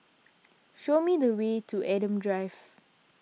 show me the way to Adam Drive